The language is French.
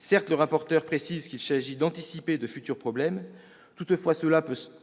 Certes, le rapporteur précise qu'il s'agit d'anticiper de futurs problèmes. Toutefois, cela peut sembler